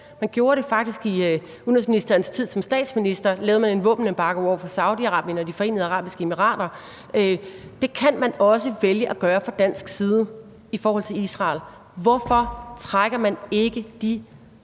Man gjorde det faktisk i udenrigsministerens tid som statsminister; der lavede man en våbenembargo over for Saudi-Arabien og De Forenede Arabiske Emirater. Det kan man også vælge at gøre fra dansk side i forhold til Israel. Hvorfor trækker man ikke de